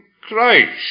Christ